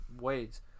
ways